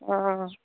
अ